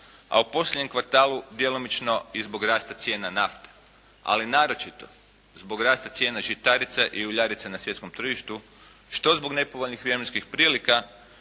a u posljednjem kvartalu djelomično i zbog rasta cijena nafte ali naročito zbog rasta cijena žitarica i uljarica na svjetskom tržištu što zbog nepovoljnih vremenskih prilika,